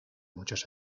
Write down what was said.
muchos